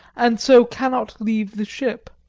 and so cannot leave the ship.